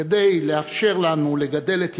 כדי לאפשר לנו לגדל את ילדינו,